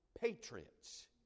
Patriots